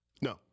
No